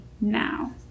now